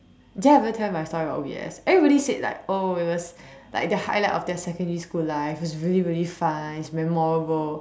did I ever tell you about my story about O_B_S everybody said like oh it was like the highlight of their secondary school life it's really really fun it's memorable